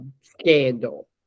scandal